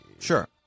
Sure